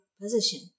position